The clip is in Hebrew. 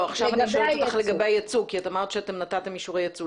עכשיו אני שואלת אותך לגבי היצוא כי את אמרת שנתתם אישור יצוא.